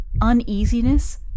uneasiness